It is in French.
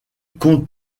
compte